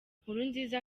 nkurunziza